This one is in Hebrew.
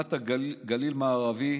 תחנת הגליל המערבי